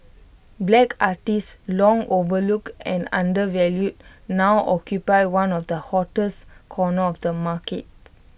black artists long overlooked and undervalued now occupy one of the hottest corners of the markets